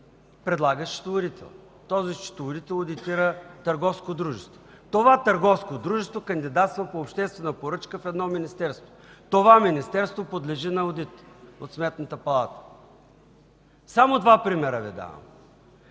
предлага счетоводител. Той одитира търговско дружество. Това търговско дружество кандидатства по обществена поръчка в едно министерство. Това министерство подлежи на одит от Сметната палата. Давам само два примера. Не бива